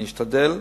אני אשתדל.